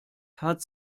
hat